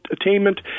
attainment